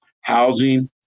housing